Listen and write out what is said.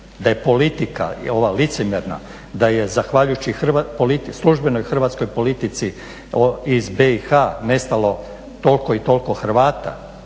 da je politika ova licemjerna, da je zahvaljujući službenoj hrvatskoj politici iz BiH nestalo toliko i toliko Hrvata